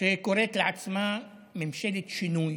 שקוראת לעצמה ממשלת שינוי,